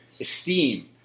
esteem